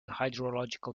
hydrological